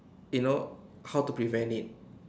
you know how to prevent it